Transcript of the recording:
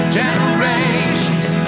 generations